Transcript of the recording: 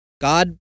God